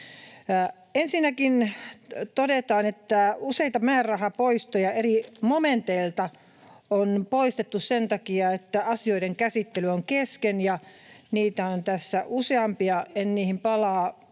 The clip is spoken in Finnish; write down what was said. Ensinnäkin todetaan, että useita määrärahoja eri momenteilta on poistettu sen takia, että asioiden käsittely on kesken. Niitä on tässä useampia — en niihin palaa